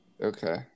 Okay